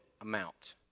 amount